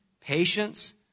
patience